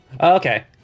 Okay